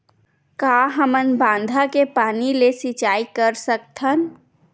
का हमन बांधा के पानी ले सिंचाई कर सकथन?